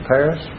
Paris